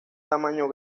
tamaño